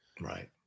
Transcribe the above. Right